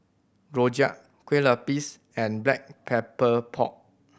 rojak Kueh Lapis and Black Pepper Pork